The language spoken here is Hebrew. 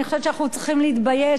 אני חושבת שאנחנו צריכים להתבייש.